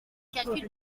calculs